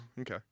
okay